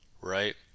right